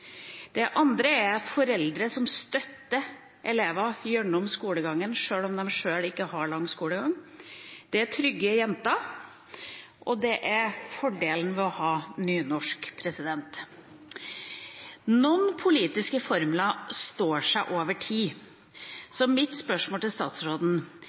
Det andre er foreldre som støtter elever gjennom skolegangen sjøl om de sjøl ikke har lang skolegang. Det er trygge jenter. Og det er fordelen ved å ha nynorsk. Noen politiske formler står seg over tid. Så mitt spørsmål til statsråden